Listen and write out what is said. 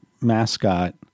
mascot